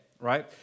right